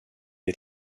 les